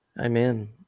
Amen